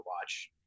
watch